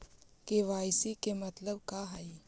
KYC के मतलब का हई?